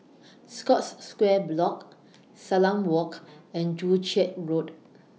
Scotts Square Block Salam Walk and Joo Chiat Road